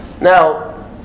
Now